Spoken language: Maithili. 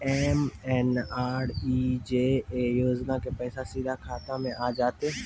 एम.एन.आर.ई.जी.ए योजना के पैसा सीधा खाता मे आ जाते?